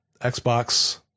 Xbox